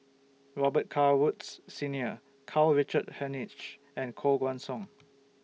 Robet Carr Woods Senior Karl Richard Hanitsch and Koh Guan Song